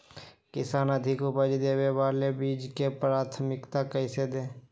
किसान अधिक उपज देवे वाले बीजों के प्राथमिकता कैसे दे?